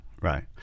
right